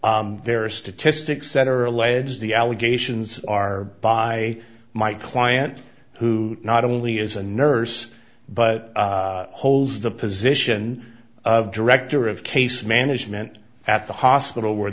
y there are statistics that are alleged the allegations are by my client who not only is a nurse but holds the position of director of case management at the hospital where